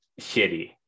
shitty